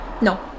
No